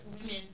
women